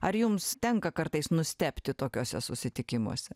ar jums tenka kartais nustebti tokiose susitikimuose